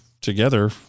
together